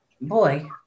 boy